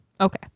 Okay